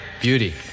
Beauty